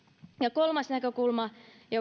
kolmas näkökulma